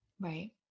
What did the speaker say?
Right